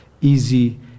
easy